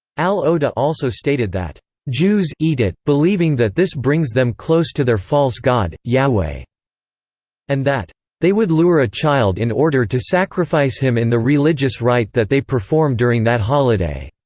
al-odeh also stated that jews eat it, believing that this brings them close to their false god, yahweh and that they would lure a child in order to sacrifice him in the religious rite that they perform during that holiday.